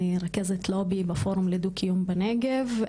אני רכזת לובי בפורום דו קיום בנגב,